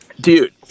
Dude